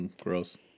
gross